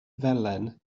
felen